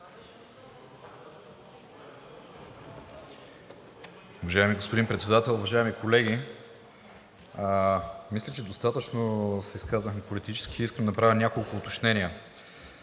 Уважаеми господин Председател, уважаеми колеги, мисля, че достатъчно се изказвахме политически, искам да направя няколко уточнения.